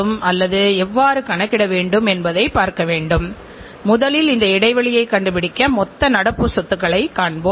மக்களின் வருமானம் குறைவாக இருக்கின்ற சந்தைகளில் சில சமயங்களில் விலை குறைவாக இருக்கும் பொருட்களைக் கூட மக்கள் ஏற்றுக்கொள்கிறார்கள்